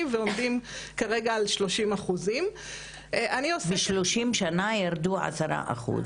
ועומדים כרגע על 30%. ב-30 שנה ירדו 10%,